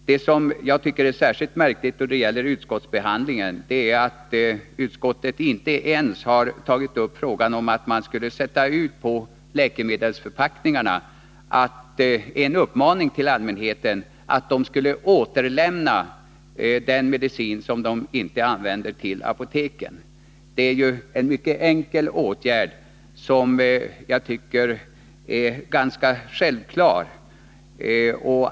Det som jag tycker är särskilt märkligt då det gäller utskottsbehandlingen är att utskottet inte ens har tagit upp frågan om att man på läkemedelsförpackningarna skulle ha en uppmaning till allmänheten att till apoteken återlämna den medicin som inte används. Det är ju en mycket enkel åtgärd som jag tycker är ganska självklar.